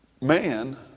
man